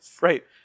Right